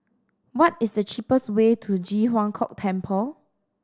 what is the cheapest way to Ji Huang Kok Temple